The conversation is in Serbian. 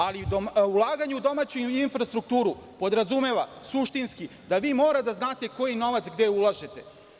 Ali, ulaganje u domaću infrastrukturu podrazumeva, suštinski, da vi mora da znate koji novac gde ulažete.